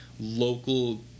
local